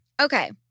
Okay